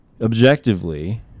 objectively